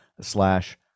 slash